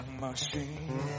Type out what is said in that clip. machine